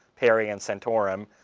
perry, and santorum,